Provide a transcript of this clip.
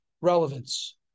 relevance